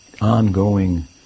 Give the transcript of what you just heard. ongoing